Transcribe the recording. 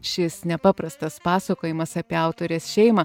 šis nepaprastas pasakojimas apie autorės šeimą